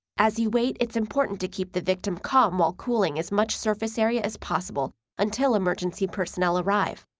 as you wait, it's important to keep the victim calm while cooling as much surface area as possible until emergency personnel arrive.